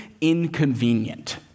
inconvenient